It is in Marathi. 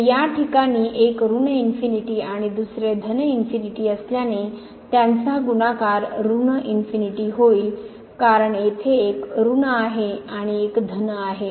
तर या ठिकाणी एक ऋण इन्फिनीटी आणि दुसरे धन इन्फिनीटीअसल्याने त्यांचा गुणाकार ऋण इन्फिनीटी होईल कारण येथे एक ऋण आहे आणि एक धन आहे